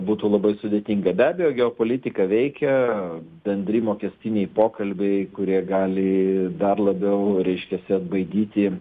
būtų labai sudėtinga be abejo geopolitika veikia bendri mokestiniai pokalbiai kurie gali dar labiau reiškiasi atbaidyti